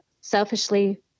selfishly